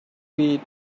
feet